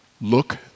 look